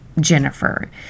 Jennifer